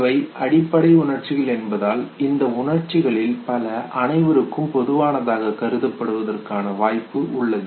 இவை அடிப்படை உணர்ச்சிகள் என்பதால் இந்த உணர்ச்சிகளில் பல அனைவருக்கும் பொதுவானதாக கருதப்படுவதற்கான வாய்ப்பு உள்ளது